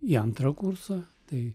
į antrą kursą tai